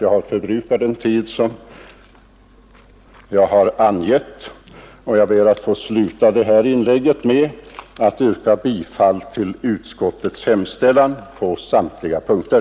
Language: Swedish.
Jag har förbrukat den tid jag har begärt, och jag ber att få sluta mitt inlägg med att yrka bifall till utskottets hemställan på samtliga punkter.